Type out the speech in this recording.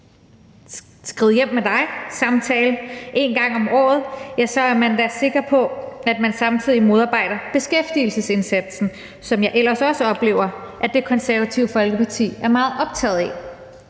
skrid hjem med dig-samtale en gang om året, er man da sikker på, at man samtidig modarbejder beskæftigelsesindsatsen, som jeg ellers også oplever at Det Konservative Folkeparti er meget optaget af.